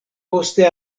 poste